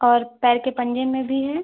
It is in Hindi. और पैर के पंजे में भी है